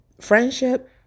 Friendship